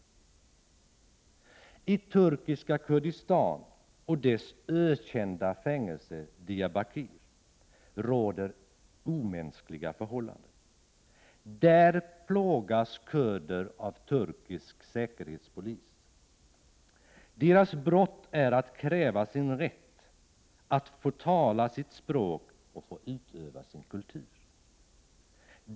I turkiska Kurdistan och dess ökända fängelse Diabakir råder omänskliga förhållanden. Där plågas kurder av turkisk säkerhetspolis. Deras brott är att de utkräver sin rätt att få tala sitt språk och att få utöva sin kultur.